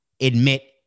admit